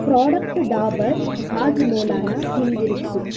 product Dabur ಹಾಜ್ಮೋಲಾನ ಹಿಂದಿರುಗಿಸು